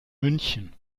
münchen